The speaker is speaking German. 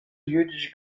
jüdische